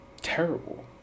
terrible